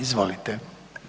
Izvolite.